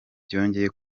byongeye